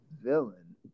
villain